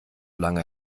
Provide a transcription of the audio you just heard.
lange